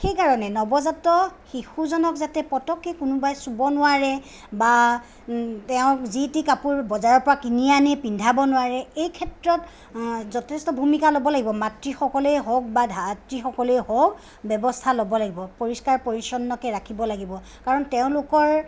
সেইকাৰণে নৱজাতক শিশুজনক যাতে পটককৈ কোনোবাই চুৱ নোৱাৰে বা তেওঁক যি টি কাপোৰ বজাৰৰ পৰা কিনি আনি পিন্ধাব নোৱাৰে এই ক্ষেত্ৰত যথেষ্ট ভূমিকা ল'ব লাগিব মাতৃসকলেই হওক বা ধাত্ৰীসকলেই হওক ব্যৱস্থা ল'ব লাগিব পৰিষ্কাৰ পৰিচ্ছন্নকে ৰাখিব লাগিব কাৰণ তেওঁলোকৰ